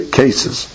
cases